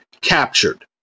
captured